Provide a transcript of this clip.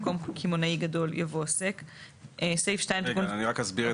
לגבות מחיר ששיעורו נכון להיום הוא 10